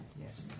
Yes